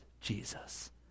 Jesus